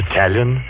Italian